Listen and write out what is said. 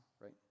right